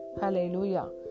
Hallelujah